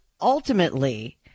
Ultimately